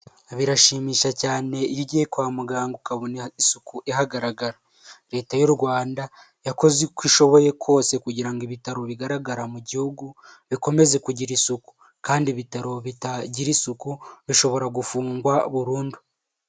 Birashimisha cyane iyo ugiye kwa muganga ukabona isuku ihagaragara, leta y'Urwanda yakoze uko ishoboye kose kugira ngo ibitaro bigaraga mu gihugu bikomeze kugira isuku, kandi ibitaro bitagira isuku bishobora gufungwa burundu.